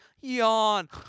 Yawn